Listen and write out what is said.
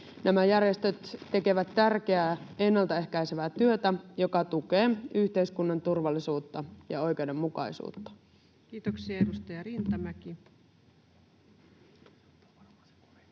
Nämä järjestöt tekevät tärkeää, ennaltaehkäisevää työtä, joka tukee yhteiskunnan turvallisuutta ja oikeudenmukaisuutta. Kiitoksia. — Edustaja Rintamäki.